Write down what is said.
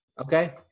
Okay